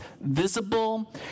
visible